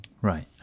Right